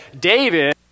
David